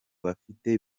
bagifite